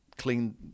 clean